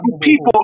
people